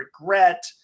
regret